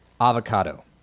avocado